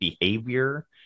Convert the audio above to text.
behavior